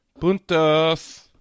Puntos